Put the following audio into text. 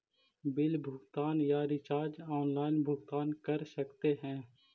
Bill भुगतान या recharge online भुगतान कर सकते हैं?